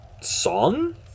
song